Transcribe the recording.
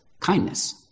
kindness